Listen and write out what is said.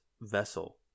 vessel